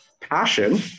passion